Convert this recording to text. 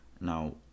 Now